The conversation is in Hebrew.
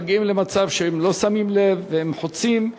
מגיעים למצב שהם לא שמים לב והם חוצים.